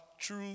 true